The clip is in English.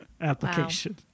application